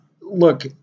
look